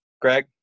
greg